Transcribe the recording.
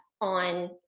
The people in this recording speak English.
on